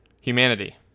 Humanity